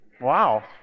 Wow